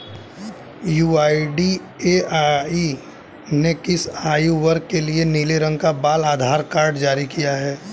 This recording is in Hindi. यू.आई.डी.ए.आई ने किस आयु वर्ग के लिए नीले रंग का बाल आधार कार्ड जारी किया है?